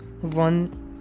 one